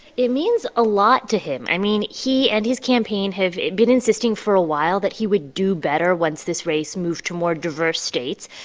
it means a lot to him. i mean, he and his campaign have been insisting for a while that he would do better once this race moved to more diverse states.